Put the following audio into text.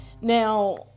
now